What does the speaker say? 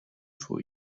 for